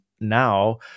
now